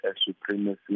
supremacy